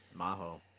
Maho